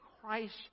Christ